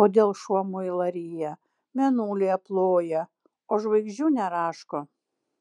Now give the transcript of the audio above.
kodėl šuo muilą ryja mėnulį aploja o žvaigždžių neraško